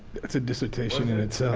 it's a dissertation in itself.